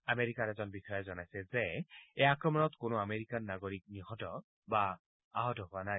আমেৰিকাৰ এজন বিষয়াই জনাইছে যে এই আক্ৰমণত কোনো আমেৰিকান নাগৰিক নিহত অথবা আহত হোৱা নাই